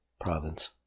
province